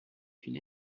une